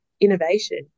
innovation